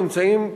נמצאים,